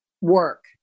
work